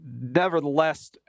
nevertheless